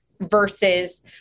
versus